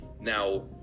Now